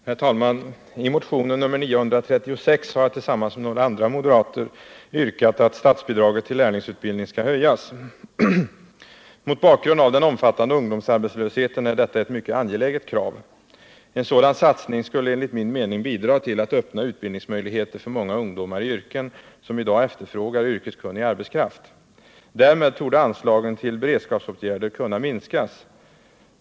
Herr talman! I motionen 936 har jag tillsammans med några andra moderater yrkat att statsbidraget till lärlingsutbildning skall höjas. Mot bakgrund av den omfattande ungdomsarbetslösheten är detta ett mycket angeläget krav. En sådan satsning skulle, enligt min mening, bidra till att öppna utbildningsmöjligheter för många ungdomar i yrken som i dag efterfrågar yrkeskunnig arbetskraft. Därmed torde anslagen till beredskapsåtgärder kunna minskas.